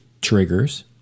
triggers